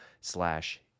slash